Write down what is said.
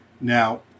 Now